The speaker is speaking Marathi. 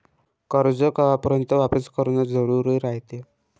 कर्ज कवापर्यंत वापिस करन जरुरी रायते?